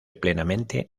plenamente